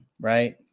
right